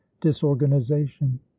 disorganization